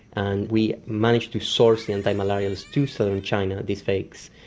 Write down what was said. and we managed to source the antimalarials to southern china, these fakes,